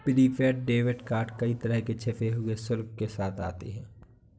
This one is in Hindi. प्रीपेड डेबिट कार्ड कई तरह के छिपे हुए शुल्क के साथ आते हैं